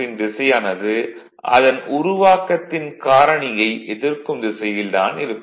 ன் திசையானது அதன் உருவாக்கத்தின காரணியை எதிர்க்கும் திசையில் தான் இருக்கும்